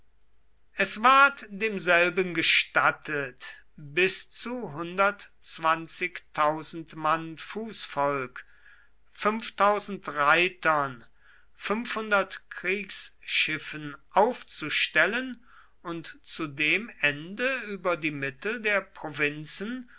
es ward demselben gestattet